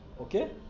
Okay